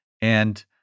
and-